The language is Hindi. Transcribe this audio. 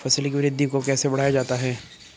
फसल की वृद्धि को कैसे बढ़ाया जाता हैं?